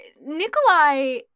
Nikolai